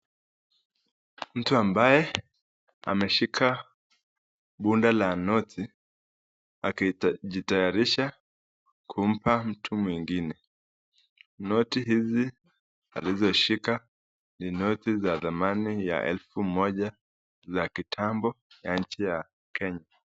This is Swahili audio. Mtu ambaye ameshika bunda la noti akijitayarisha kumpa mtu mwingine. Noti hizi alizoshika ni noti za dhamani ya elfu moja za kitambo ya nchi ya Kenya.